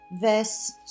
verse